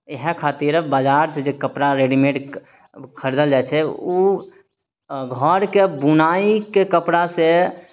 इएह खातिर अब बजार सँ जे कपड़ा रेडिमेड खरिदल जाइ छै ओ घरके बुनाइके कपड़ा से